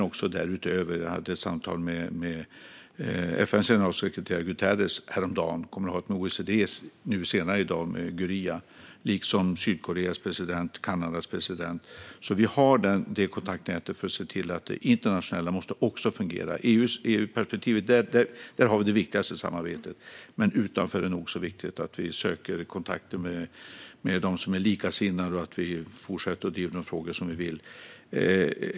Jag samtalade med FN:s generalsekreterare Guterres häromdagen, och jag kommer att samtala med OECD:s generalsekreterare Gurría senare i dag liksom med Sydkoreas president och Kanadas premiärminister. Vi har det kontaktnätet för att se till att det internationella samarbetet också fungerar. Vi har det viktigaste samarbetet med EU, men även utanför är det viktigt att vi söker kontakt med de som är likasinnade och att vi fortsätter att driva våra frågor.